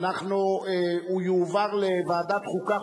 תועבר לוועדת החוקה,